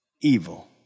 evil